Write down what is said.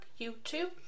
YouTube